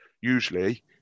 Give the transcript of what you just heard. usually